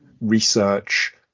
research